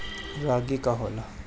रागी का होला?